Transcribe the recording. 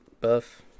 buff